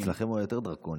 אצלכם הוא היה יותר דרקוני.